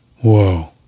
Whoa